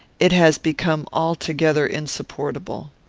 it has become altogether insupportable.